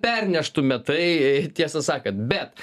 perneštume tai tiesą sakant bet